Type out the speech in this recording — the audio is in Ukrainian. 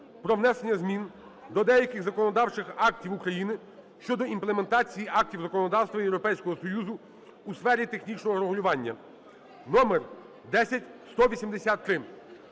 про внесення змін до деяких законодавчих актів України щодо імплементації актів законодавства Європейського Союзу у сфері технічного регулювання (№ 10183).